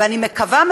נגיע לוועדות,